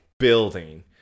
building